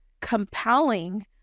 compelling